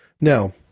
Now